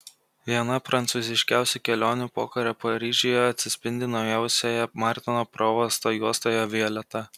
viena prancūziškiausių kelionių pokario paryžiuje atsispindi naujausioje martino provosto juostoje violeta